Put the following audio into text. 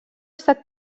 estat